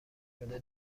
شده